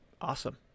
Awesome